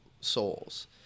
souls